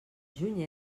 juny